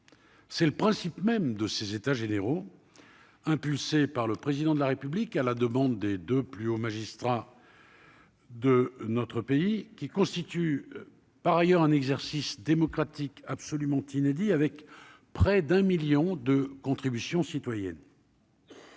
c'est le principe même de ces états généraux, impulsée par le président de la République à la demande des 2 plus hauts magistrats. De notre pays qui constitue par ailleurs un exercice démocratique absolument inédit avec près d'un 1000000 de contributions citoyennes.